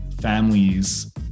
families